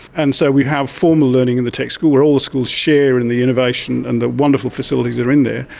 and so we have formal learning in the tech school where all the schools share in in the innovation and the wonderful facilities that are in there,